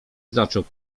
zaczął